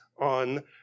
on